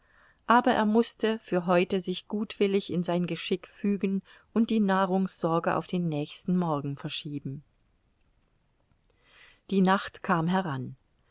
aber er mußte für heute sich gutwillig in sein geschick fügen und die nahrungssorge auf den nächsten morgen verschieben die nacht kam heran